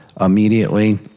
immediately